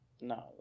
no